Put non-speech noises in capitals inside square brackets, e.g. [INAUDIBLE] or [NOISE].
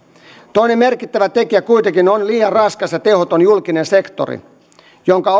toinen merkittävä tekijä kuitenkin on liian raskas ja tehoton julkinen sektori jonka [UNINTELLIGIBLE]